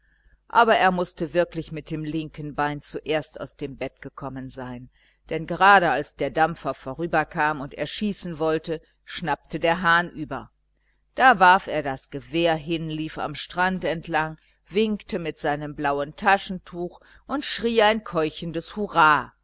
aber er mußte wirklich mit dem linken bein zuerst aus dem bett gekommen sein denn gerade als der dampfer vorüberkam und er schießen wollte schnappte der hahn über da warf er das gewehr hin lief am strand entlang winkte mit seinem blauen taschentuch und schrie ein keuchendes hurra